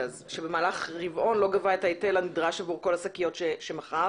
שבמהלך רבעון לא גבה את ההיטל הנדרש עבור כל השקיות שמכר.